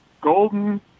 Golden